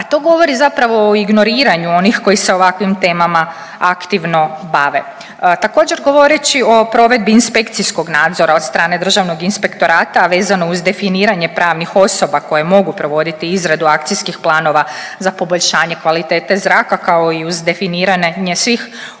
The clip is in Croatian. a to govori zapravo o ignoriranju onih koji se ovakvim temama aktivno bave. Također govoreći o provedbi inspekcijskog nadzora od strane Državnog inspektorata, a vezano uz definiranje pravnih osoba koje mogu provoditi izradu akcijskih planova za poboljšanje kvalitete zraka kao i uz definiranje svih